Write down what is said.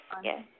Yes